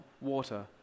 water